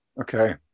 okay